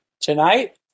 tonight